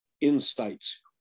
insights